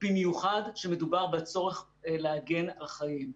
במיוחד כשמדובר בצורך להגן על החיים.